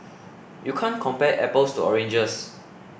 you can't compare apples to oranges